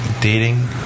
dating